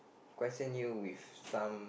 question with some